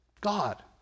God